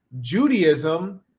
Judaism